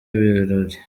ibirori